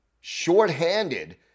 shorthanded